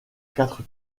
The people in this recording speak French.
quatre